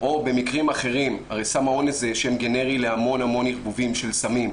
או במקרים אחרים הרי סם האונס זה שם גנרי להמון המון ערבובים של סמים.